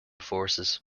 forces